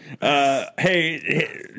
hey